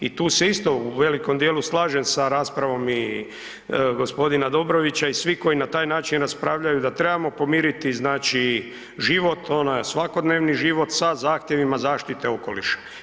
I tu se isto u velikom dijelu slažem sa raspravom i gospodina Dobrovića i svih koji na taj način raspravljaju da trebamo pomiriti znači život onaj svakodnevni život sa zahtjevima zaštite okoliša.